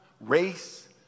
race